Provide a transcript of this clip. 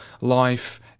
life